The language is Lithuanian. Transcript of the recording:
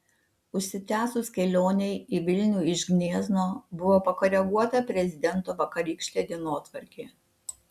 užsitęsus kelionei į vilnių iš gniezno buvo pakoreguota prezidento vakarykštė darbotvarkė